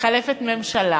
מתחלפת ממשלה,